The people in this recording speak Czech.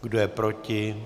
Kdo je proti?